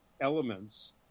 elements